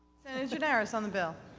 gianaris on the bill.